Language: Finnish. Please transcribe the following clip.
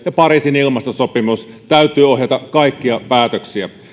ja pariisin ilmastosopimuksen täytyy ohjata kaikkia päätöksiä